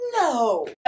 No